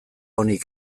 onik